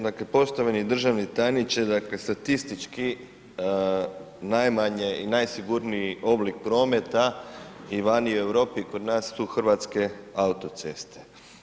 Dakle poštovani državni tajniče, dakle statistički najmanje i najsigurniji oblik prometa i vani i u Europi i kod nas su Hrvatske autoceste.